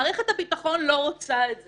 מערכת הביטחון לא רוצה את זה.